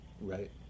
Right